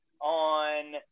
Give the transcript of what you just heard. on